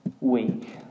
week